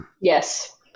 Yes